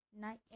night